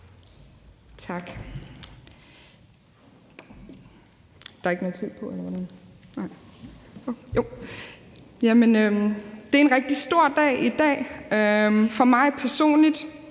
Det er en rigtig stor dag i dag for mig personligt,